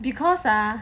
because ah